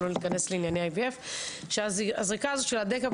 לא ניכנס לענייני IVF. הזריקה הזאת של הדיכוי